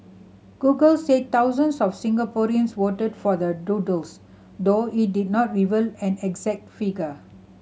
google said thousands of Singaporeans voted for the doodles though it did not reveal an exact figure